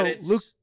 Luke